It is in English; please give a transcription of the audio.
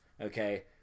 Okay